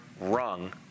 rung